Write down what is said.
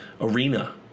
arena